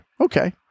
Okay